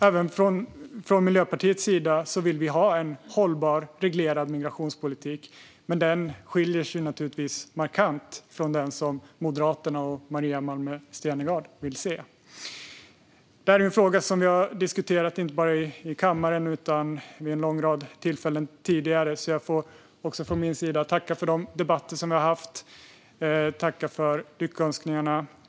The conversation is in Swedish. Även från Miljöpartiets sida vill vi ha en hållbar, reglerad migrationspolitik, men den skiljer sig naturligtvis markant från den som Moderaterna och Maria Malmer Stenergard vill se. Det här är en fråga som vi har diskuterat inte bara i kammaren utan också vid en lång rad tillfällen tidigare. Jag får också från min sida tacka för de debatter som vi har haft och tacka för lyckönskningarna.